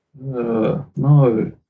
no